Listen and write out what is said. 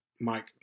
Mike